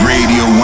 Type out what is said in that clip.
Radio